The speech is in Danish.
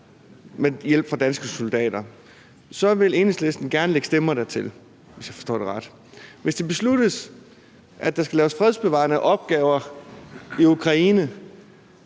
med hjælp fra danske soldater, vil Enhedslisten gerne lægge stemmer til, hvis jeg forstår det ret, men hvis det besluttes, at der skal laves fredsbevarende opgaver i Ukraine,